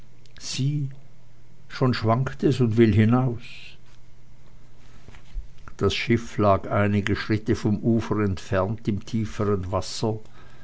sieh schon schwankt es und will hinaus das schiff lag einige schritte vom ufer entfernt im tiefern wasser